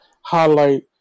highlight